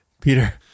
Peter